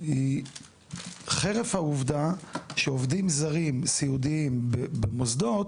חרף העובדה שעובדים זרים סיעודיים במוסדות,